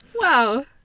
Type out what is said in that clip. Wow